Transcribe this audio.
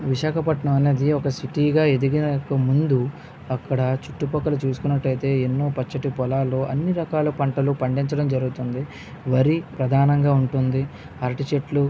విశాఖపట్టణం అనేది ఒక సిటీగా ఎదగక ముందు అక్కడ చుట్టుపక్కల చూసుకునట్టు అయితే ఎన్నో పచ్చటి పొలాలు అన్నీ రకాల పంటలు పండించడం జరుగుతుంది వరి ప్రధానంగా ఉంటుంది అరటి చెట్లు